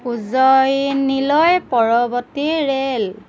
উজ্জয়িনীলৈ পৰৱৰ্তী ৰে'ল